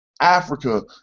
Africa